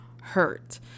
hurt